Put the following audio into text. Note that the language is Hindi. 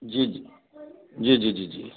जी जी जी जी जी जी